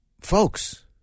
Folks